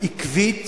עקבית